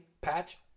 Patch